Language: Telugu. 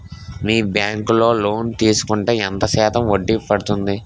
మీ బ్యాంక్ లో లోన్ తీసుకుంటే ఎంత శాతం వడ్డీ పడ్తుంది?